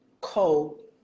Cold